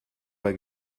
bei